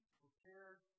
prepared